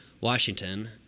Washington